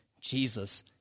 Jesus